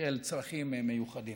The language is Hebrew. של צרכים מיוחדים,